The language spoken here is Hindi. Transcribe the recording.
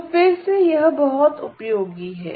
तो फिर से यह बहुत उपयोगी है